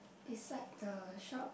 beside the shop